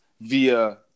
via